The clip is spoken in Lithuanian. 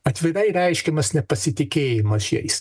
atvirai reiškiamas nepasitikėjimas jais